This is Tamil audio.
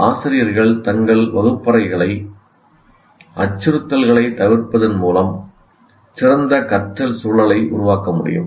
ஆசிரியர்கள் தங்கள் வகுப்பறைகளை அச்சுறுத்தல்களைத் தவிர்ப்பதன் மூலம் சிறந்த கற்றல் சூழலை உருவாக்க முடியும்